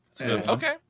Okay